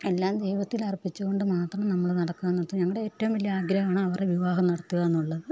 എല്ലാം ദൈവത്തിലർപ്പിച്ചുകൊണ്ട് മാത്രം നമ്മൾ നടക്കുക എന്നിട്ട് ഞങ്ങളുടെ ഏറ്റവും വലിയ ആഗ്രഹമാണ് അവരുടെ വിവാഹം നടത്തുകയെന്നുള്ളത്